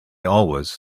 always